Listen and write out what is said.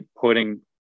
putting